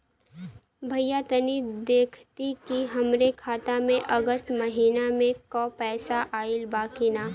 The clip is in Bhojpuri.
भईया तनि देखती की हमरे खाता मे अगस्त महीना में क पैसा आईल बा की ना?